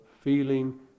feeling